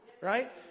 right